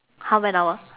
half an hour